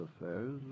affairs